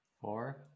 Four